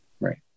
right